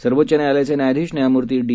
सर्वोच्च न्यायालयाचे न्यायाधीश न्यायमूर्ती डी